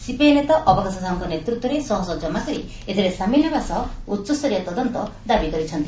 CPI ନେତା ଅବକାଶ ସାହୁଙ୍କ ନେତୃତ୍ୱରେ ଶହଶହ ଜମାକାରୀ ଏଥିରେ ସାମିଲ ହେବା ସହ ଉଚ୍ଚସ୍ତରୀୟ ତଦନ୍ତ ଦାବୀକରିଛନ୍ତି